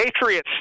Patriots